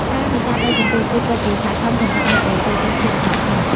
ការនេសាទដោយសន្ទូច គឺពិតជាស័ក្ដិសមសម្រាប់អ្នកដែលចូលចិត្តភាពស្ងប់ស្ងាត់។